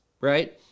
right